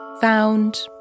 Found